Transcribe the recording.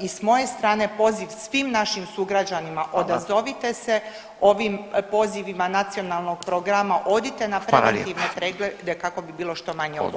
i s moje strane poziv svim našim sugrađanima odazovite se ovim pozivima nacionalnog programa, odite na preventivne preglede kako bi bilo što manje oboljelih.